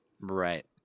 Right